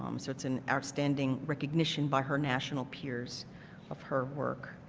um so it's an outstanding recognition by her national beers of her work.